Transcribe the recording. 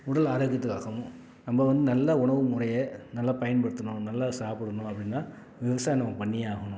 உடல் ஆரோக்கியத்துக்காகவும் நம்ப வந்து நல்ல உணவு முறையை நல்லா பயன்படுத்தணும் நல்லா சாப்பிடணும் அப்படின்னா விவசாயம் நம்ம பண்ணியே ஆகணும்